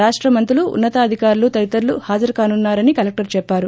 రాష్ట మంత్రులు ఉన్నత అధికారులు తదితరులు హాజరుకానున్నారని కలెక్టర్ చెప్పారు